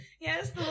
Yes